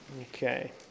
Okay